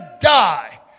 die